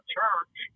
church